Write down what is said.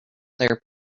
there